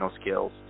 skills